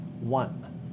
one